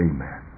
Amen